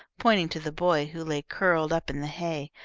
pointing to the boy who lay curled up in the hay,